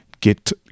get